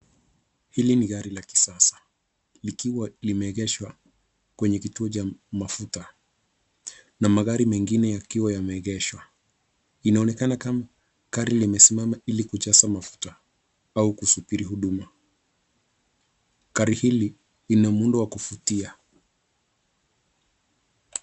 Hili ni gari la kisasa likiwa limeegeshwa kwenye kituo cha mafuta na magari mengine yakiwa yameegeshwa. Inaonekana kama gari limesimama ili kujaza mafuta au kusubiri huduma. Gari hili lina muundo wa kuvutia.